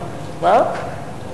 הוא מדבר רוסית שוטפת.